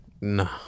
No